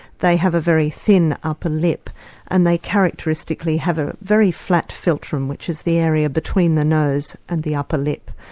they have a very thin upper lip and they characteristically have a very flat filtrum which is the area between the nose and the upper lip.